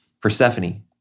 Persephone